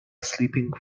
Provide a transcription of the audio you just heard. sleeping